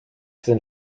sind